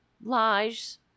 Lies